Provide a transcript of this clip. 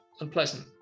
unpleasant